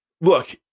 Look